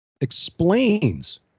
explains